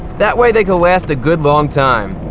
that way, they can last a good long time.